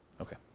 Okay